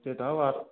সেটাও আর